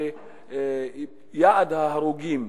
שיעד ההרוגים,